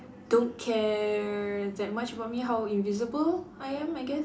don't care that much about me how invisible I am I guess